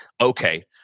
okay